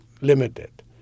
limited